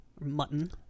mutton